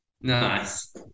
nice